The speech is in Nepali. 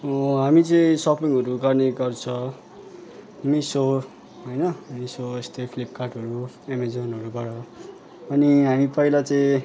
हामी चाहिँ सपिङहरू गर्ने गर्छ मिसो होइन मिसो यस्तै प्लिपकार्टहरू एमाजोनहरूबाट अनि हामी पहिला चाहिँ